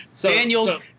Daniel